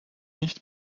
nicht